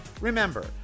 remember